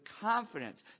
confidence